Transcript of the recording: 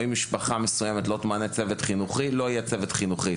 או משפחה מסוימת לא תמנה צוות חינוכי אז לא יהיה צוות חינוכי.